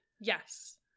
Yes